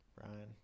Brian